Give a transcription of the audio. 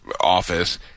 office